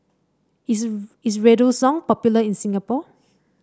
is is Redoxon popular in Singapore